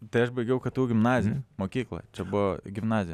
tai aš baigiau ktu gimnaziją mokyklą čia buvo gimnazija